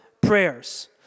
prayers